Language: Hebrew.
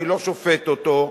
אני לא שופט אותו,